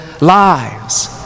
lives